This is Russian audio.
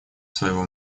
своего